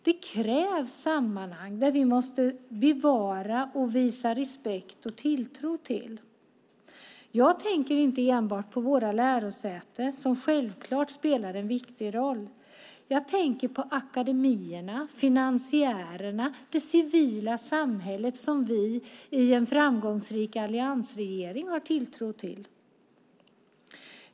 Det krävs sammanhang som vi måste bevara och visa respekt för och tilltro till. Jag tänker inte enbart på våra lärosäten som självklart spelar en viktig roll. Jag tänker på akademierna, finansiärerna, det civila samhället som vi i en framgångsrik alliansregering har tilltro till.